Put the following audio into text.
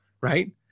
right